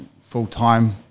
full-time